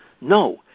No